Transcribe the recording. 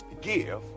Give